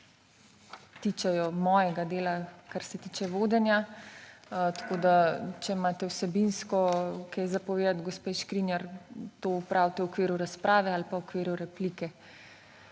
tičejo mojega dela, kar tiče vodenja. Če imate vsebinsko kaj za povedati gospe Škrinjar, to opravite v okviru razprave ali pa v okviru replike.